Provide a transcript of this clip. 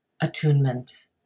attunement